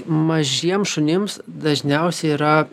mažiems šunims dažniausiai yra